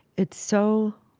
it's so